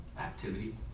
activity